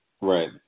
Right